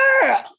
girl